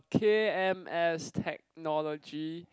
k_m_s Technology